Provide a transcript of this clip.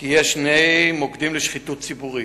המשטרה יש שני מוקדים של שחיתות ציבורית: